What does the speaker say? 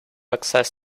access